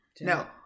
No